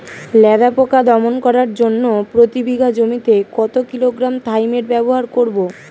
লেদা পোকা দমন করার জন্য প্রতি বিঘা জমিতে কত কিলোগ্রাম থাইমেট ব্যবহার করব?